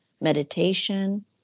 meditation